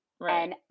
right